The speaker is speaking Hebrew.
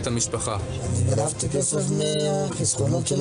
על פי המרכז הישראלי להתמכרויות,